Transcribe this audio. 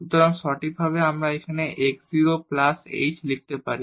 সুতরাং সঠিকভাবে আমরা এখানে x 0 প্লাস h লিখতে পারি